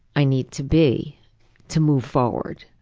i need to be to move forward.